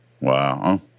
Wow